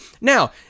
now